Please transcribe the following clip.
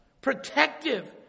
protective